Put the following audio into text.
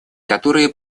которая